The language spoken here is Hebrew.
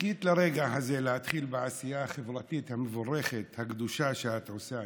וחיכית לרגע הזה להתחיל בעשייה החברתית המבורכת הקדושה שאת עושה,